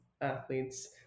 athletes